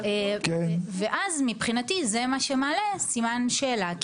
ואז מבחינתי זה מה שמעלה סימן שאלה.